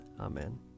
Amen